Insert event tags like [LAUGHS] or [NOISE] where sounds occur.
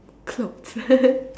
clothes [LAUGHS]